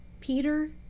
peter